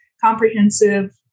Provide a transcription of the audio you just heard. comprehensive